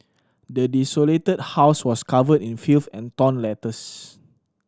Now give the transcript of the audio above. the desolated house was covered in filth and torn letters